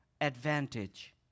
advantage